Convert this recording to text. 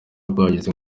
bwagize